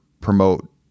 promote